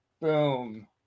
boom